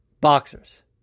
boxers